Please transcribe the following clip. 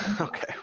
Okay